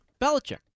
Belichick